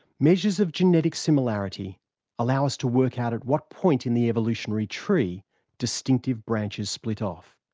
measures of genetic similarity allow us to work out at what point in the evolutionary tree distinctive branches split off.